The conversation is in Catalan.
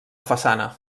façana